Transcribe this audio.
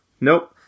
nope